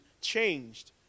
changed